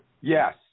Yes